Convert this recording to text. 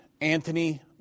Anthony